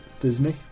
Disney